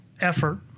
Effort